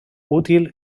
útil